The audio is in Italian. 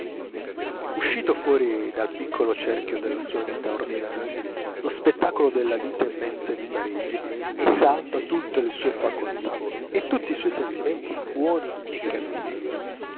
uscito fuori dal piccolo cerchio della sua vita ordinaria lo spettacolo della vita immensa di parigi esalta tutte le sue facoltà e tutti i suoi sentimenti buoni e cattivi